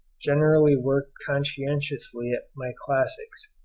generally worked conscientiously at my classics,